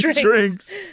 drinks